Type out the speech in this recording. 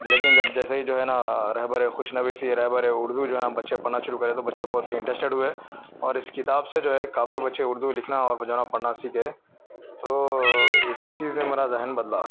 لیکن جب جیسے ہی جو ہے نا رہبر خوشنویسی رہبر اردو جو ہے نا بچے پڑھنا شروع کرے تو بچے بہت انٹریسٹیڈ ہوئے اور اس کتاب سے جو ہے کافی بچے اردو لکھنا اور جو ہے نا پڑھنا سیکھے تو اس چیز نے میرا ذہن بدلا